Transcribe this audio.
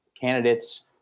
candidates